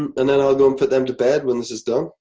um and then i'll go and put them to bed when this is done.